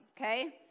okay